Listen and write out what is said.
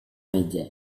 meja